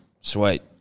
Sweet